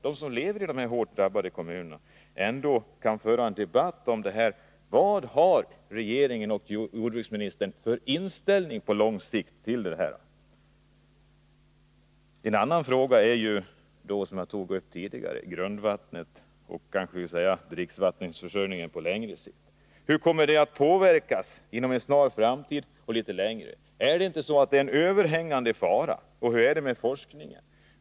De som lever i de hårt drabbade kommunerna måste ändå kunna föra en debatt om regeringens och jordbruksministerns inställning till de här frågorna på lång sikt. En annan fråga — som jag tog upp tidigare — gäller grundvattnet och dricksvattenförsörjningen på längre sikt. Hur kommer påverkan att bli inom en snar framtid och på litet längre sikt? Finns det inte här en överhängande fara? Hur förhåller det sig med forskningen?